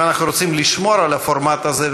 אם אנחנו רוצים לשמור על הפורמט הזה,